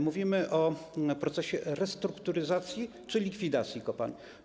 Mówimy o procesie restrukturyzacji czy likwidacji kopalń?